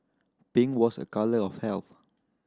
pink was a colour of health